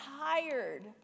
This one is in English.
tired